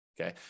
Okay